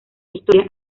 historias